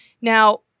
Now